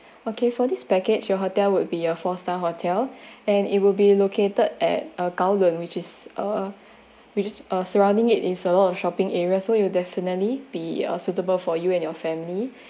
okay for this package your hotel would be a four star hotel and it will be located at a golden which is uh which is uh surrounding it is a lot of shopping areas so you will definitely be a suitable for you and your family